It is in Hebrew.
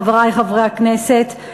חברי חברי הכנסת,